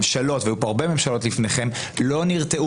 ממשלות היו פה הרבה ממשלות לפניכם לא נרתעו